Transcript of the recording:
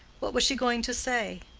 what was she going to say?